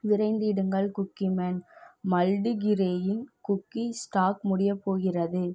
விரைந்திடுங்கள் Cookie Man multigrain cookies stock முடியப் போகிறது